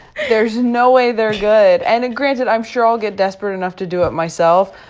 there's no way they're good. and granted, i'm sure i'll get desperate enough to do it myself.